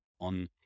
on